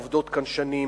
עובדות כאן שנים,